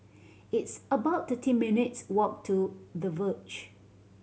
it's about thirty minutes' walk to The Verge